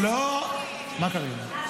אתה רוצה קפה?